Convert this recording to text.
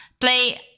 Play